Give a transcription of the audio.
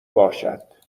باشد